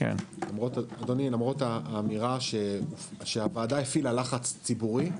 למרות האמירה שהוועדה הפעילה לחץ ציבורי,